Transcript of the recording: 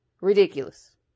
ridiculous